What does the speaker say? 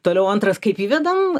toliau antras kaip įvedam